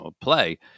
play